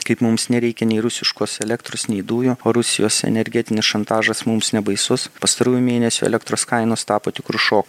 kaip mums nereikia nei rusiškos elektros nei dujų o rusijos energetinis šantažas mums nebaisus pastarųjų mėnesių elektros kainos tapo tikru šo